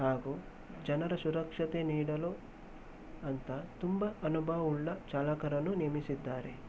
ಹಾಗೂ ಜನರ ಸುರಕ್ಷತೆ ನೀಡಲು ಅಂತ ತುಂಬ ಅನುಭವವುಳ್ಳ ಚಾಲಕರನ್ನು ನೇಮಿಸಿದ್ದಾರೆ